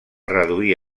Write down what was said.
reduir